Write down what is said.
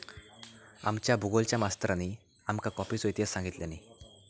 आमच्या भुगोलच्या मास्तरानी आमका कॉफीचो इतिहास सांगितल्यानी